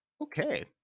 okay